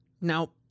Now